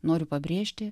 noriu pabrėžti